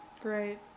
great